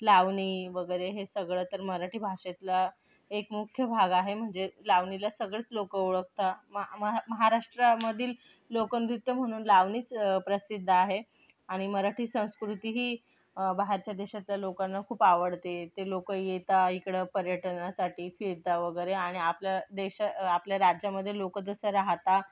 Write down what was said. लावणी वगैरे हे सगळं तर मराठी भाषेतला एक मुख्य भाग आहे म्हणजे लावणीला सगळेच लोक ओळखतात महा महा महाराष्ट्रामधील लोकनृत्य म्हणून लावणीच प्रसिद्ध आहे आणि मराठी संस्कृती ही बाहेरच्या देशातल्या लोकांना खूप आवडते ते लोक येतात इकडं पर्यटनासाठी फिरतात वगैरे आणि आपल्या देशात आपल्या राज्यामध्ये लोक जसे राहतात